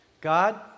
God